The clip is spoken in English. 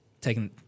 taking